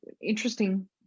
interesting